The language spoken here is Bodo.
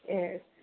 ए